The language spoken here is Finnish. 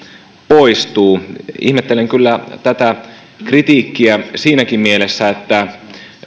poistuu ihmettelen kyllä tätä kritiikkiä siinäkin mielessä että